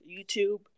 YouTube